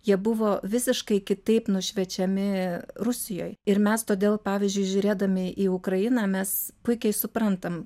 jie buvo visiškai kitaip nušviečiami rusijoj ir mes todėl pavyzdžiui žiūrėdami į ukrainą mes puikiai suprantam